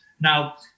Now